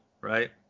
right